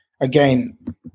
again